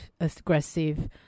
aggressive